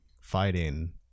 fighting